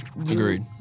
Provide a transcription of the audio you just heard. Agreed